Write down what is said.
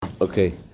Okay